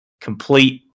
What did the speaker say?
complete